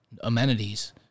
amenities